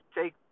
take